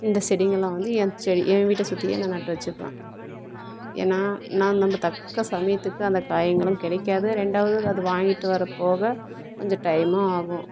இந்தச் செடிங்களெலாம் வந்து என் செடி என் வீட்டை சுற்றியே நான் நட்டு வச்சுப்பேன் ஏனால் நான் நம்ப தக்க சமயத்துக்கு அந்தக் காய்ங்களும் கிடைக்காது ரெண்டாவது அது வாங்கிட்டு வரப்போக கொஞ்சோம் டைம் ஆகும்